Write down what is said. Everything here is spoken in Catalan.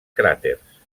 cràters